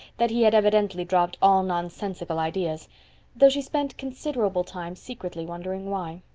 that he had evidently dropped all nonsensical ideas though she spent considerable time secretly wondering why.